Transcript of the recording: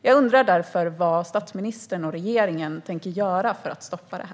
Jag undrar därför: Vad tänker statsministern och regeringen göra för att stoppa detta?